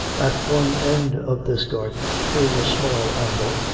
at one end of this garden, through a small angle,